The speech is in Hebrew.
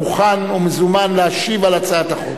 מוכן ומזומן להשיב על הצעת החוק.